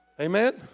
Amen